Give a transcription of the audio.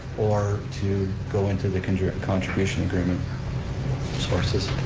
or to go into the and and contribution agreement sources.